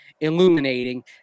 illuminating